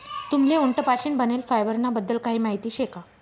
तुम्हले उंट पाशीन बनेल फायबर ना बद्दल काही माहिती शे का?